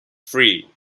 free